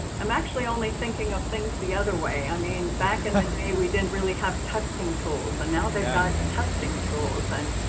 i'm actually only thinking of things the other way. i mean, back in the day we didn't really have testing tools. and now they've got testing tools. and